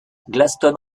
gladstone